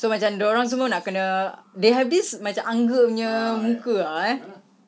so macam dia orang semua nak kena they have this macam angkuh punya muka ah eh